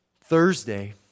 Thursday